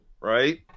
right